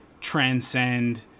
transcend